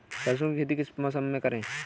सरसों की खेती किस मौसम में करें?